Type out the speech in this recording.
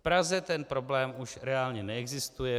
V Praze ten problém už reálně neexistuje.